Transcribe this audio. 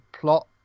plot